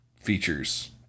features